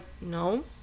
no